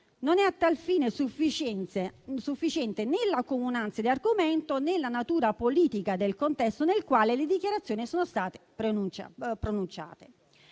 Non è a tal fine sufficiente, né la comunanza di argomento, né la natura politica del contesto nel quale le dichiarazioni sono state pronunciate.